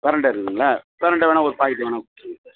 பிரண்ட இருக்குதுங்களா பிரண்ட வேணால் ஒரு பாக்கெட் வேணால் கொடுத்துருங்க சார்